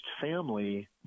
family